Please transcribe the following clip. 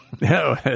No